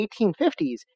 1850s